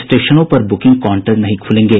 स्टेशनों पर booking counter नहीं खुलेंगे